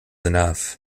enough